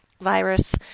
virus